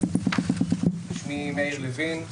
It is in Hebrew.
שמי מאיר לוין,